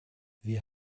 wir